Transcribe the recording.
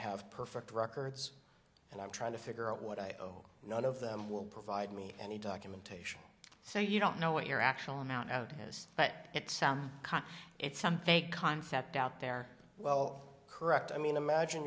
have perfect records and i'm trying to figure out what i owe none of them will provide me any documentation so you don't know what your actual amount out is that it sounds it's something a concept out there well correct i mean imagine